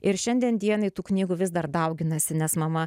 ir šiandien dienai tų knygų vis dar dauginasi nes mama